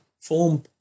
form